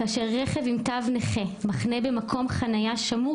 כאשר רכב עם תו נכה מחנה במקום חניה שמור